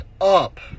up